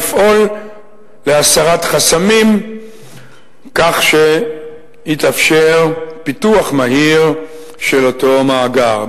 לפעול להסרת חסמים כך שיתאפשר פיתוח מהיר של אותו מאגר.